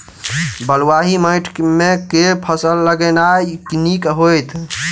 बलुआही माटि मे केँ फसल लगेनाइ नीक होइत?